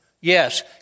Yes